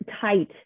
tight